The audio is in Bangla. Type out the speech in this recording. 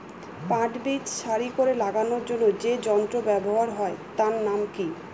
পাট বীজ সারি করে লাগানোর জন্য যে যন্ত্র ব্যবহার হয় তার নাম কি?